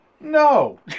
No